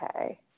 Okay